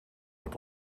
het